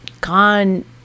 gone